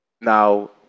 Now